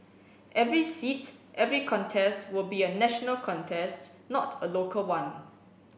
every seats every contest will be a national contest not a local one